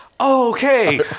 okay